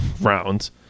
rounds